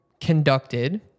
conducted